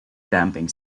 damping